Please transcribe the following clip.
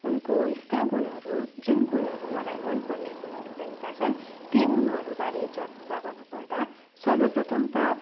उनको यस्ता गुणहरू जुन गुणहरू मलाई मन पर्ने गुणहरू रहेका छन् ती गुणहरूबारे चर्चा गर्नु पर्दा सर्वप्रथम त